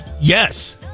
Yes